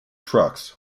trucks